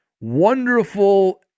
wonderful